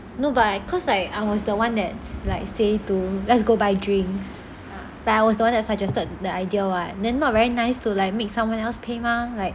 no but like cause like I was the one that's like say let's go buy drinks like I was the one that suggested the idea [what] then not very nice to like make someone else payment like